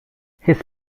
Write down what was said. his